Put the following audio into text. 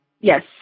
Yes